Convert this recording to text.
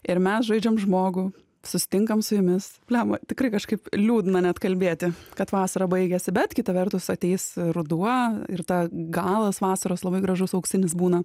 ir mes žaidžiam žmogų susitinkam su jumis blemba tikrai kažkaip liūdna net kalbėti kad vasara baigėsi bet kita vertus ateis ruduo ir ta galas vasaros labai gražus auksinis būna